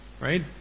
right